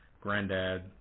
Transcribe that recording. granddad